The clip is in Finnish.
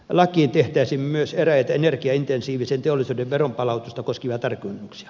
lakiin tehtäisiin myös eräitä energiaintensiivisen teollisuuden veronpalautusta koskevia tarkennuksia